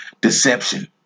deception